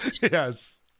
Yes